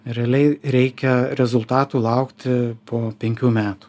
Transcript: realiai reikia rezultatų laukti po penkių metų